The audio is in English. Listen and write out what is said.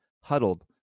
huddled